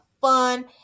fun